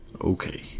Okay